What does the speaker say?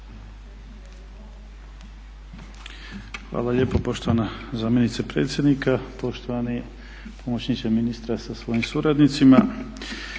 Hvala lijepo poštovana zamjenice predsjednika, poštovani pomoćniče ministra sa svojim suradnicima.